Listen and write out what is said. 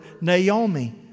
Naomi